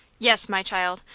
yes, my child,